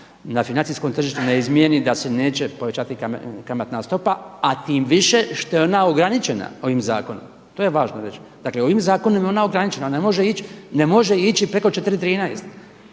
na financijskom tržištu ne izmijeni da se neće povećati kamatna stopa a tim više što je ona ograničena ovim zakonom. To je važno reći. Dakle ovim zakonom je ona ograničena ona ne može ići preko 4,13.